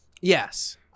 Yes